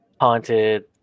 haunted